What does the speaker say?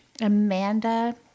Amanda